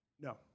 no